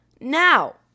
now